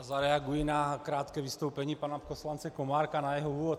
Zareaguji na krátké vystoupení pana poslance Komárka, na jeho úvod.